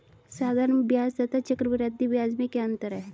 साधारण ब्याज तथा चक्रवर्धी ब्याज में क्या अंतर है?